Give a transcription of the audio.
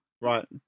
Right